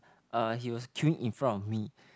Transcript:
uh he was queuing in front of me